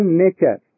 nature